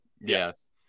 Yes